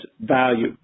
value